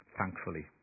thankfully